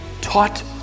taught